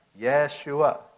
Yeshua